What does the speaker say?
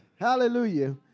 hallelujah